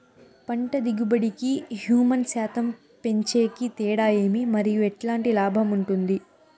పంట దిగుబడి కి, హ్యూమస్ శాతం పెంచేకి తేడా ఏమి? మరియు ఎట్లాంటి లాభం ఉంటుంది?